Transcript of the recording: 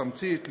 בתמצית,